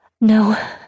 No